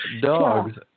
dogs